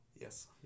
Yes